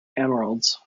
emeralds